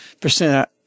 percent